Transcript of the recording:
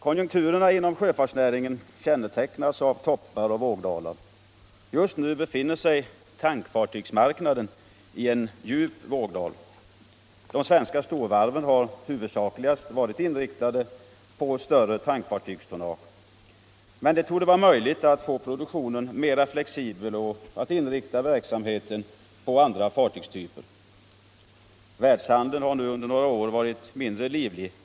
Konjunkturerna inom sjöfartsnäringen kännetecknas av toppar och vågdalar. Just nu befinner sig tankfartygsmarknaden i en djup vågdal. De svenska storvarven har huvudsakligast varit inriktade på större tankfartygstonnage. Men det borde vara möjligt att få produktionen mera flexibel och att inrikta verksamheten på andra fartygstyper. Världshandeln har under några år varit mindre livlig.